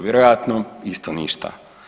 Vjerojatno isto ništa.